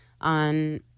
on